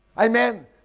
Amen